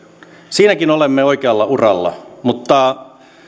siinäkin olemme oikealla uralla mutta